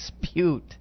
dispute